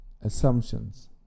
Assumptions